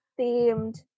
themed